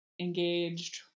engaged